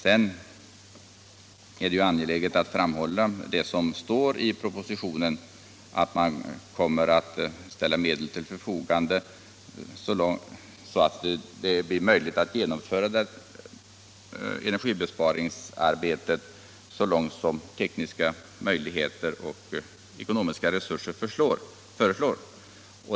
Sedan är det ju angeläget att framhålla det som står i propositionen, nämligen att medel kommer att ställas till förfogande så att det blir möjligt att genomföra energibesparingsarbetet så långt som tekniska möjligheter och ekonomiska resurser förslår.